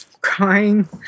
crying